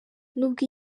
nubwo